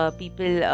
people